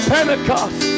Pentecost